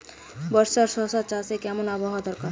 বর্ষার শশা চাষে কেমন আবহাওয়া দরকার?